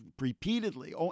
repeatedly